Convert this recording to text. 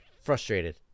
Frustrated